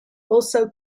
also